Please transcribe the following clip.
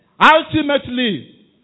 Ultimately